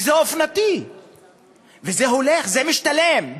זה אופנתי וזה הולך וזה משתלם.